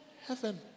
heaven